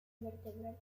vertebral